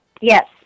Yes